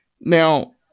Now